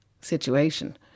situation